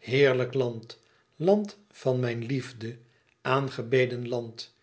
heerlijk land land van mijne liefde aangebeden land